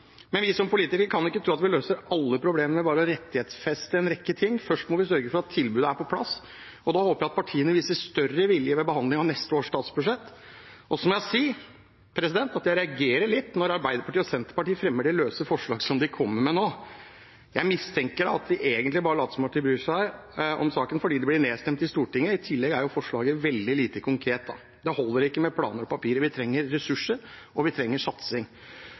men vi som politikere kan ikke tro at vi løser alle problemer ved bare å rettighetsfeste en rekke ting. Først må vi sørge for at tilbudet er på plass, og da håper jeg at partiene viser større vilje ved behandlingen av neste års statsbudsjett. Så må jeg si at jeg reagerer litt når Arbeiderpartiet og Senterpartiet fremmer det løse forslaget som de kommer med nå. Jeg mistenker at de egentlig bare later som at de bryr seg om saken, fordi de blir nedstemt i Stortinget. I tillegg er forslaget veldig lite konkret. Det holder ikke med planer og papirer. Vi trenger ressurser, og vi trenger satsing.